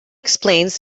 explains